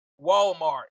Walmart